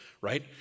right